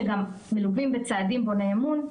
שגם מלווים בצעדים בוני אמון.